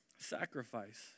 Sacrifice